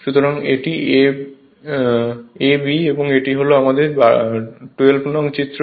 সুতরাং এটি a b এবং এটি হল আমাদের 12 নং চিত্র